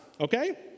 Okay